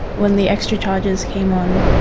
when the extra charges came on,